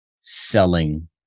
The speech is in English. selling